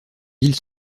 ville